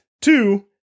Two